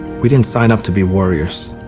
we didn't sign up to be warriors.